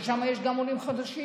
ששם יש גם עולים חדשים.